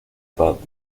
paz